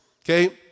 okay